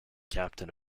captain